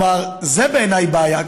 זה בעיניי בעיה.